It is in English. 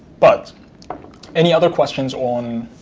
but any other questions on